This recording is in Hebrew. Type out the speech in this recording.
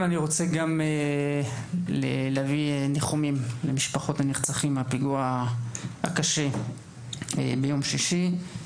אני רוצה להביע ניחומים למשפחות הנרצחים מהפיגוע הקשה ביום שישי,